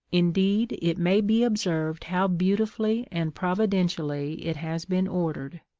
indeed it may be observed how beautifully and providentially it has been ordered,